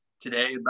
today